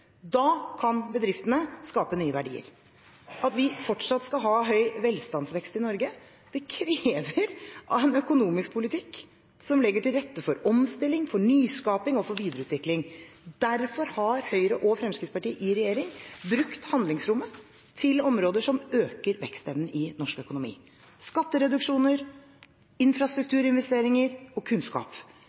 Da kan bedriftene skape nye verdier. At vi fortsatt skal ha høy velstandsvekst i Norge, krever en økonomisk politikk som legger til rette for omstilling, nyskaping og videreutvikling. Derfor har Høyre og Fremskrittspartiet i regjering brukt handlingsrommet til områder som øker vekstevnen i norsk økonomi – skattereduksjoner, infrastrukturinvesteringer og kunnskap.